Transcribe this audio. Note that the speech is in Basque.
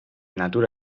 natura